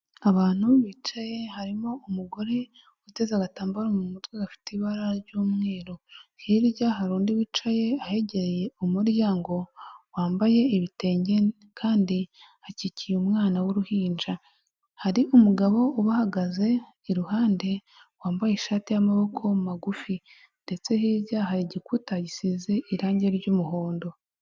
Abantu bicaye harimo umugore uteze agatambaro mu mutwe gafite ibara ry'umweru, hirya hari undi wicaye ahegereye umuryango, wambaye ibitenge kandi akikiye umwana w'uruhinja, hari umugabo ubahagaze iruhande wambaye ishati y'amaboko magufi, ndetse hirya hari igikuta gisize irangi ry'umuhondo.